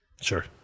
Sure